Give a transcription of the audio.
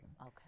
Okay